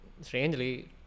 strangely